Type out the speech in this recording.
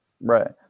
Right